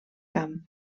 camp